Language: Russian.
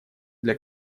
для